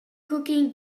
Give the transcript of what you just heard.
cooking